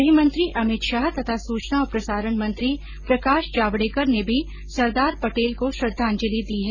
गृहमंत्री अमित शाह तथा सूचना और प्रसारण मंत्री प्रकाश जावडेकर ने भी सरदार पटेल को श्रद्वांजलि दी है